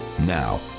Now